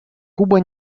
куба